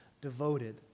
devoted